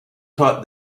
taught